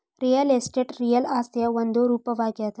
real estate real ಆಸ್ತಿಯ ಒಂದು ರೂಪವಾಗ್ಯಾದ